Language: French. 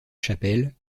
chapelle